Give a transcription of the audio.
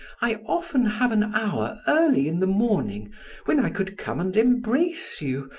i often have an hour early in the morning when i could come and embrace you,